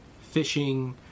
fishing